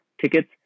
tickets